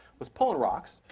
was pulling rocks.